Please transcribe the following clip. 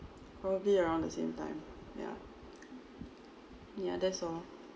probably around the same time yeah yeah that's all